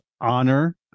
honor